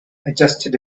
adjusted